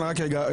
רק רגע,